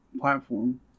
platform